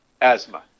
asthma